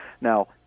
Now